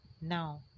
now